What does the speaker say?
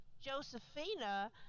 Josephina